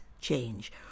change